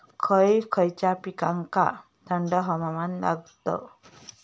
खय खयच्या पिकांका थंड हवामान लागतं?